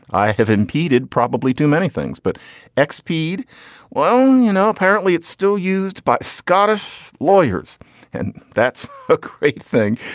i have impeded probably too many things but airspeed. well you know apparently it's still used by scottish lawyers and that's a great thing.